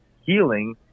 healing